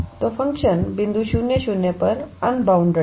तो फ़ंक्शन बिंदु 00 पर अनबाउंड है